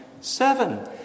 seven